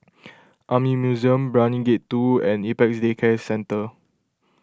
Army Museum Brani Gate two and Apex Day Care Centre